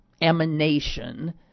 emanation